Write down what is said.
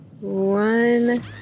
one